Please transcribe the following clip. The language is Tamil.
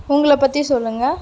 உங்களை பற்றி சொல்லுங்கள்